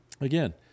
Again